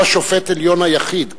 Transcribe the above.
הוא השופט העליון היחיד,